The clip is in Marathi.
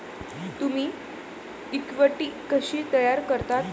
तुम्ही इक्विटी कशी तयार करता?